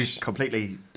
completely